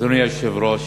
אדוני היושב-ראש,